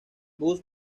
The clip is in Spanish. bus